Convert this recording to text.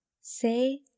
say